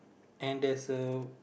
and there's a